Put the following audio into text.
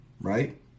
right